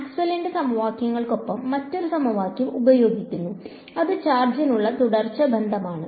മാക്സ്വെല്ലിന്റെ സമവാക്യങ്ങൾക്കൊപ്പം മറ്റൊരു സമവാക്യം ഉപയോഗിക്കുന്നു അത് ചാർജിനുള്ള തുടർച്ച ബന്ധമാണ്